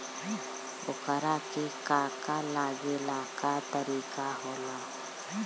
ओकरा के का का लागे ला का तरीका होला?